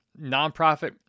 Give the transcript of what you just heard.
nonprofit